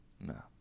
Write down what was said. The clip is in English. No